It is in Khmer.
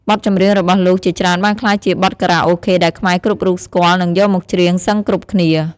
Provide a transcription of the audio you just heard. បទចម្រៀងរបស់លោកជាច្រើនបានក្លាយជាបទខារ៉ាអូខេដែលខ្មែរគ្រប់រូបស្គាល់និងយកមកច្រៀងសឹងគ្រប់គ្នា។